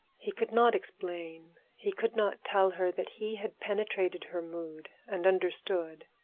he could not explain he could not tell her that he had penetrated her mood and understood.